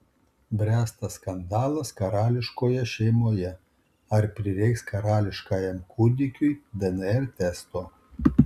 bręsta skandalas karališkoje šeimoje ar prireiks karališkajam kūdikiui dnr testo